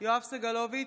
יואב סגלוביץ'